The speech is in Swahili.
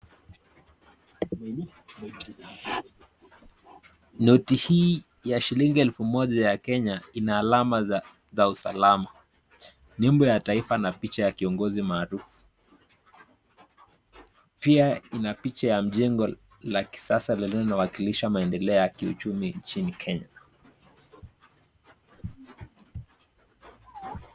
Noti hii ya shilingi elfu moja ya kenya ina alama za usalama, nembo ya taifa na picha ya kiongozi maarufu. Pia ina picha la jengo ya kisasa linalowakilisha maendeleo ya kiuchumi nchini Kenya.